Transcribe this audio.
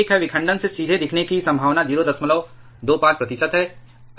एक है विखंडन से सीधे दिखने की संभावना 025 प्रतिशत है